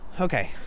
Okay